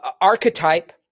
archetype